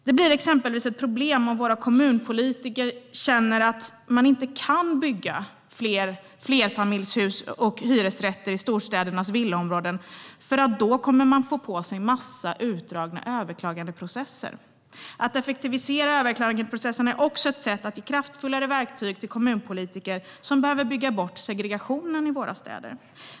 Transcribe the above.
Det blir exempelvis ett problem om våra kommunpolitiker känner att de inte kan bygga flerfamiljshus och hyresrätter i storstädernas villaområden för att de då kommer att få en massa utdragna överklagandeprocesser. Att effektivisera överklagandeprocesserna är också ett sätt att ge kraftfullare verktyg till kommunpolitiker som behöver bygga bort segregationen i våra städer.